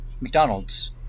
McDonald's